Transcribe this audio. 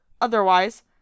Otherwise